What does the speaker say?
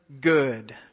good